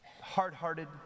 hard-hearted